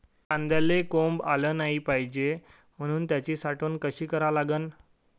कांद्याले कोंब आलं नाई पायजे म्हनून त्याची साठवन कशी करा लागन?